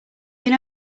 can